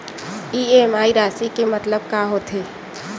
EMI राशि के मतलब का होथे?